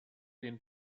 den